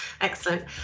Excellent